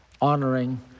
honoring